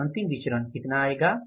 तो यह अंतिम विचरण कितना आएगा